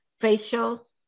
facial